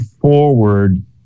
forward